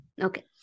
Okay